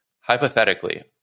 hypothetically